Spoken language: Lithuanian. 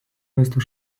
maisto